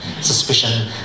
suspicion